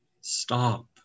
stop